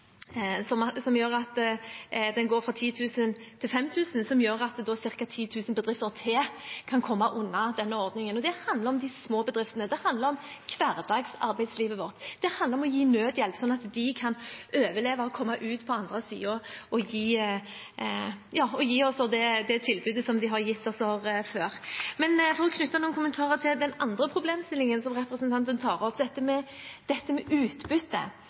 bedrifter til kan komme inn under denne ordningen. Det handler om de små bedriftene, det handler om hverdagsarbeidslivet vårt, det handler om å gi nødhjelp, sånn at de kan overleve og komme ut på den andre siden og gi oss det tilbudet de har gitt oss før. Men for å knytte noen kommentarer til den andre problemstillingen som representanten tar opp, dette med